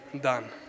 done